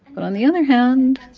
but on the other hand,